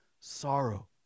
sorrow